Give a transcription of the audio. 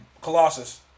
Colossus